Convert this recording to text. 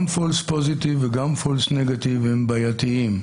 גם false positive וגם false negative הם בעייתיים,